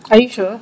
are you sure